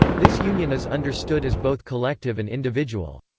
this union is understood as both collective and individual.